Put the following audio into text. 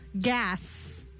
Gas